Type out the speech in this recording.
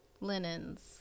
linens